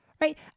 right